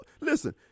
listen